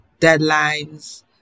deadlines